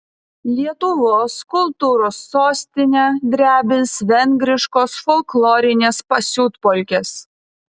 lietuvos kultūros sostinę drebins vengriškos folklorinės pasiutpolkės